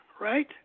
right